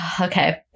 okay